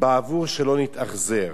בעבור שלא נתאכזר.